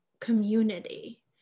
community